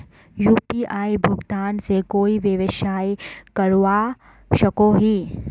UPI भुगतान से कोई व्यवसाय करवा सकोहो ही?